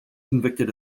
convicted